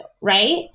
Right